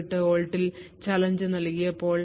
08 വോൾട്ടിൽ ചലഞ്ച് നൽകിയപ്പോൾ